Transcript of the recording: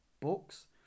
books